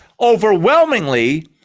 overwhelmingly